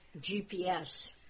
GPS